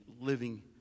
living